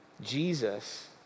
Jesus